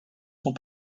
sont